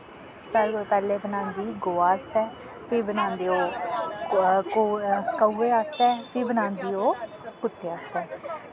सारें कोला पैह्लें बनांदी गौ आस्तै फ्ही बनांदी ओह् कौए आस्तै फ्ही बनांदी ओह् कुत्ते आस्तै